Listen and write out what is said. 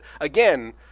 again